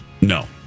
No